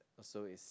also is